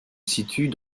situe